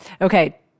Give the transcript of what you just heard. okay